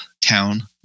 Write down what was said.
town